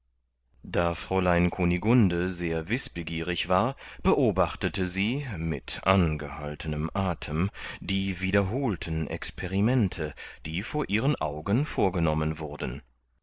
da fräulein kunigunde sehr wißbegierig war beobachtete sie mit angehaltenem athem die wiederholten experimente die vor ihren augen vorgenommen wurden